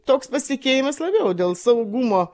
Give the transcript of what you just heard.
toks pasitikėjimas labiau dėl saugumo